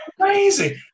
amazing